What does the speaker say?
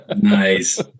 Nice